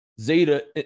Zeta